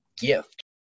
gift